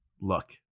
Look